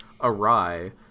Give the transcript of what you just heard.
awry